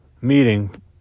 meeting